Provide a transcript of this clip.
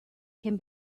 can